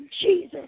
jesus